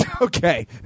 Okay